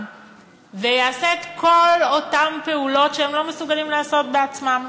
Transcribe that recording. ויעשה את כל אותן פעולות שהם לא מסוגלים לעשות בעצמם.